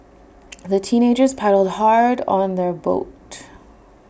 the teenagers paddled hard on their boat